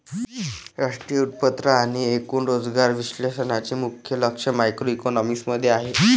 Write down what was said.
राष्ट्रीय उत्पन्न आणि एकूण रोजगार विश्लेषणाचे मुख्य लक्ष मॅक्रोइकॉनॉमिक्स मध्ये आहे